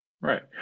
Right